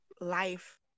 life